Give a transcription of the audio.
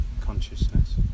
consciousness